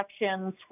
elections